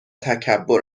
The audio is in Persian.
تکبر